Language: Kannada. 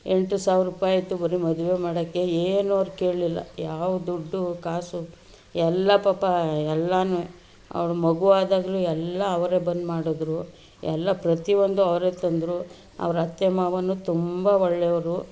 ಎಂಟು ಸಾವಿರ ರುಪಾಯಿ ಇತ್ತು ಬರೀ ಮದುವೆ ಮಾಡೋಕೆ ಏನು ಅವ್ರು ಕೇಳಿಲ್ಲ ಯಾವ ದುಡ್ಡು ಕಾಸು ಎಲ್ಲ ಪಾಪ ಎಲ್ಲವೂ ಅವ್ಳು ಮಗು ಆದಾಗಲೂ ಎಲ್ಲ ಅವರೇ ಬಂದು ಮಾಡಿದ್ರು ಎಲ್ಲ ಪ್ರತಿ ಒಂದು ಅವರೇ ತಂದರು ಅವ್ರ ಅತ್ತೆ ಮಾವನೂ ತುಂಬ ಒಳ್ಳೆಯವ್ರು